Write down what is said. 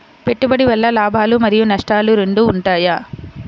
పెట్టుబడి వల్ల లాభాలు మరియు నష్టాలు రెండు ఉంటాయా?